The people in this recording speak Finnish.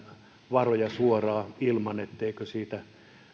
varoja suoraan ilman että siitä